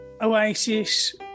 Oasis